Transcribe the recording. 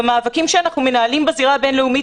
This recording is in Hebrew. במאבקים שאנחנו מנהלים בזירה הבין-לאומית